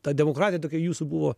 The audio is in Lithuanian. ta demokratija tokia jūsų buvo